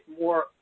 more